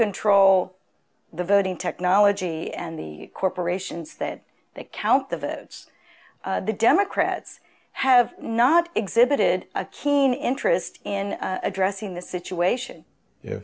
control the voting technology and the corporations that they count the votes the democrats have not exhibited a keen interest in addressing the situation